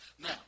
Now